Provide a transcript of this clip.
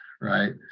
right